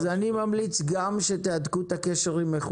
אז אני ממליץ גם שתהדקו את הקשר עם המשרד